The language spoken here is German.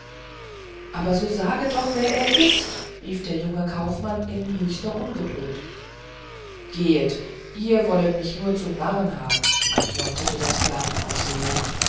aber so sage doch wer es ist rief der junge kaufmann in höchster ungeduld gehet ihr wollet mich nur zum narren haben antwortete der